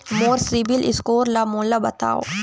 मोर CIBIL score ला मोला बताव?